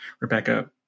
Rebecca